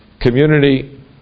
community